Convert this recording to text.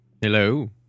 Hello